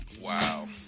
Wow